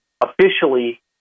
officially